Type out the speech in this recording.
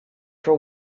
for